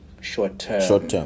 short-term